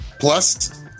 Plus